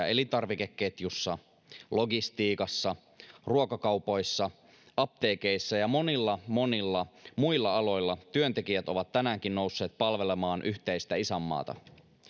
elintarvikeketjussa logistiikassa ruokakaupoissa apteekeissa ja monilla monilla muilla aloilla työntekijät ovat tänäänkin nousseet palvelemaan yhteistä isänmaata